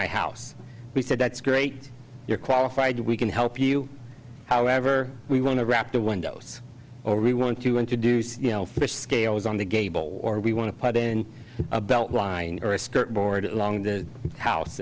my house he said that's great you're qualified we can help you however we want to wrap the windows or we want to introduce you know fish scales on the gable or we want to put in a belt line or a skirt board along the house